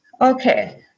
Okay